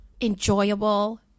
enjoyable